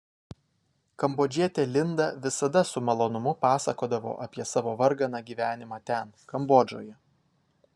kambodžietė linda visada su malonumu pasakodavo apie savo varganą gyvenimą ten kambodžoje